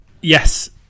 yes